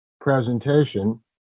presentation